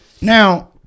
Now